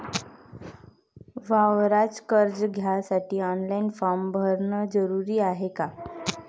वावराच कर्ज घ्यासाठी ऑनलाईन फारम भरन जरुरीच हाय का?